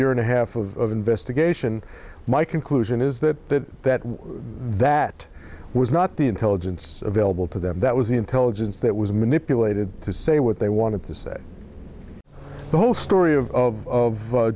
year and a half of investigation my conclusion is that that that was not the intelligence available to them that was the intelligence that was manipulated to say what they wanted to say the whole story of of